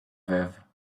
veuve